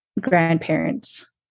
grandparents